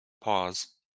pause